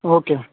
okay